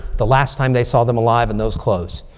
the last time they saw them alive in those clothes.